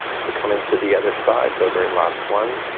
so come in to the other side the very last one